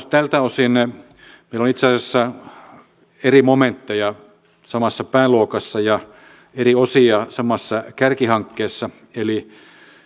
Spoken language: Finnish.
tältä osin meillä on itse asiassa eri momentteja samassa pääluokassa ja eri osia samassa kärkihankkeessa eli